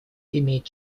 имеет